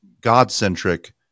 God-centric